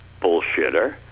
bullshitter